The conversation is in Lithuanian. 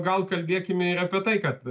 gal kalbėkime ir apie tai kad